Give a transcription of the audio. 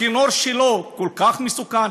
הכינור שלו כל כך מסוכן?